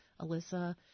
Alyssa